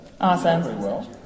Awesome